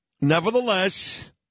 Nevertheless